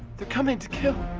they're coming to kill.